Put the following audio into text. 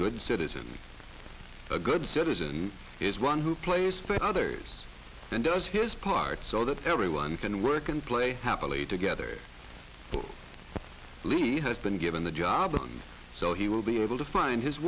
good citizen a good citizen is one who plays the others and does his part so that everyone can work and play happily together lisa has been given the job so he will be able to find his